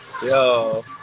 Yo